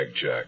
Jack